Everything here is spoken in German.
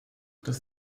dass